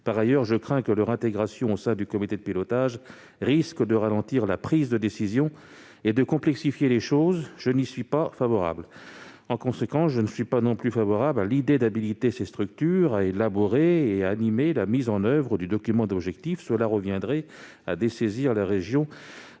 Par ailleurs, je crains que l'intégration de ces représentants au sein du comité de pilotage ne ralentisse la prise de décision et ne complexifie les procédures. Je n'y suis donc pas favorable. En conséquence, je ne suis pas non plus favorable à l'idée d'habiliter ces structures à élaborer et animer la mise en oeuvre du document d'objectifs. Cela reviendrait à dessaisir la région